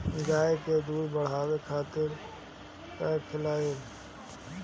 गाय के दूध बढ़ावे खातिर का खियायिं?